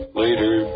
later